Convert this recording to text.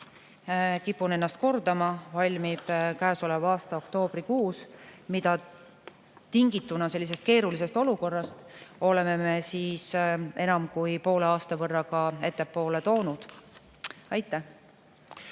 kipun ennast kordama, valmib käesoleva aasta oktoobrikuus. Tingituna sellisest keerulisest olukorrast oleme seda enam kui poole aasta võrra ettepoole toonud. Aitäh!